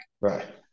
right